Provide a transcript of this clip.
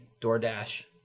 DoorDash